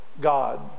God